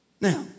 Now